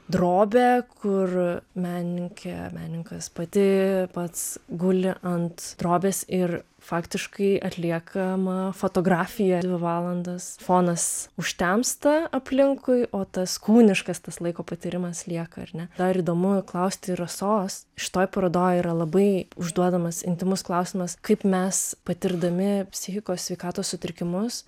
drobė kur menininkė menininkas pati pats guli ant drobės ir faktiškai atliekama fotografija dvi valandas fonas užtemsta aplinkui o tas kūniškas tas laiko patyrimas lieka ar ne dar įdomu klausti rasos šitoj parodoj yra labai užduodamas intymus klausimas kaip mes patirdami psichikos sveikatos sutrikimus